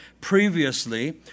previously